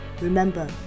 Remember